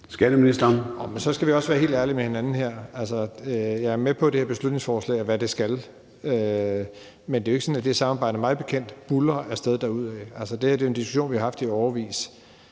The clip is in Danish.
(Jeppe Bruus): Så skal vi også være helt ærlige over for hinanden. Jeg er med på, hvad det her beslutningsforslag skal, men det er jo ikke sådan, at det samarbejde, mig bekendt, buldrer derudad. Det her er jo en diskussion, vi har haft i årevis.